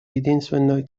единственной